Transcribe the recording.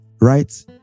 Right